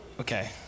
okay